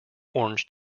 orange